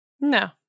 No